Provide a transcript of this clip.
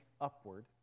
upward